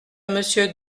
monsieur